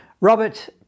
Robert